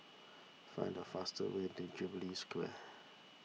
find the fastest way to Jubilee Square